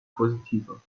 positiver